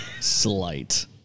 Slight